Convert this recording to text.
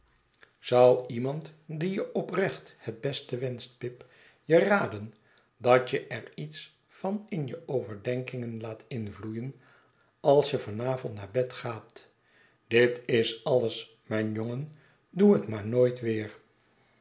zou iemand die je oprecht het beste wenscht pip je raden dat je er iets van in je overdenkingen laat invloeien als je van avond naar bed gaat dit is alles mijn jongen doe het maar nooit weer